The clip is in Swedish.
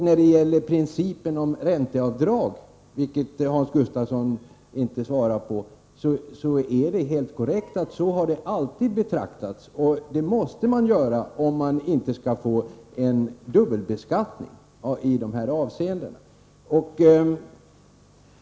När det gäller principen om ränteavdrag — och där svarade Hans Gustafsson inte på min fråga — är det helt korrekt att det alltid betraktats på det sättet. Så måste det vara om man inte skall få en dubbelbeskattning.